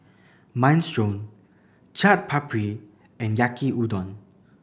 Minestrone Chaat Papri and Yaki Udon